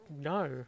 no